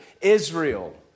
Israel